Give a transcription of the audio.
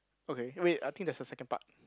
okay wait I think there's a second part